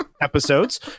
episodes